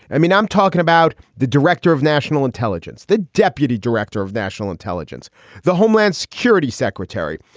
i mean, i'm talking about the director of national intelligence, the deputy director of national intelligence the homeland security secretary,